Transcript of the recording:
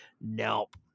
Nope